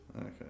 Okay